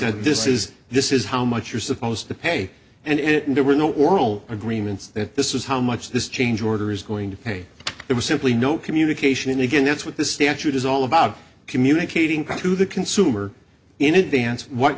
said this is this is how much you're supposed to pay and there were no oral agreements that this is how much this change order is going to pay it was simply no communication and again that's what the statute is all about communicating to the consumer in advance what